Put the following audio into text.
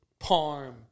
parm